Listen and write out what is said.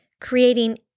creating